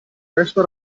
questo